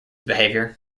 behaviour